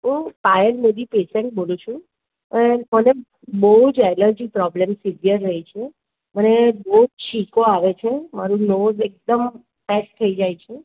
હુ Payal Modi patient બોલું છું મને બહુ જ એલર્જી પ્રોબ્લેમ સિવિયર રહે છે અને રોજ છીકો આવે છે મારું નોઝ એકદમ પેક થઈ જાય છે